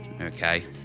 okay